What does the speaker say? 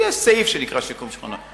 יש סעיף שנקרא שיקום שכונות.